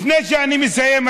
לפני שאני מסיים,